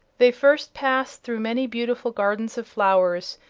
they first passed through many beautiful gardens of flowers,